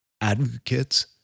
advocates